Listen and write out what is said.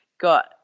got